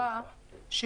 אנטאנס